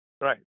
Right